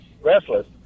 restless